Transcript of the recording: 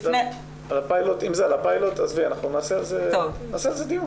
אם זה על הפיילוט, עזבי, נעשה על זה דיון.